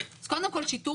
לשיטור